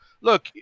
look